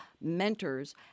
mentors